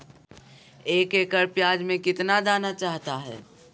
एक एकड़ प्याज में कितना दाना चाहता है?